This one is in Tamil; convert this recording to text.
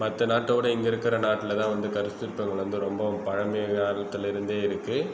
மற்ற நாட்டோடய இங்கே இருக்கிற நாட்டில்தான் வந்து கற்சிற்பங்கள் வந்து ரொம்பவும் பழமை காலத்துலேருந்தே இருக்குது